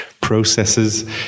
processes